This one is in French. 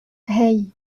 hey